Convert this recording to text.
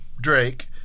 Drake